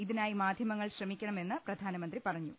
ഇതിനായി മാധ്യമങ്ങൾ ശ്രമിക്കണ മെന്ന് പ്രധാനമന്ത്രി പറഞ്ഞു